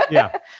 ah yeah,